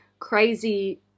crazy